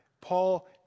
Paul